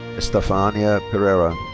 estefania perera.